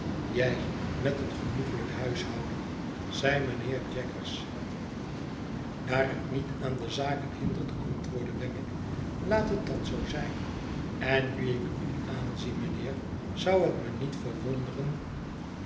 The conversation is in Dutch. jij met een genoeglijk huishouden zeide mijnheer jaggers daar het niet aan de zaken hindert antwoordde wemmick laat het dan zoo zijn en nu ik u aanzie mijnheer zou het me niet verwonderen